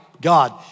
God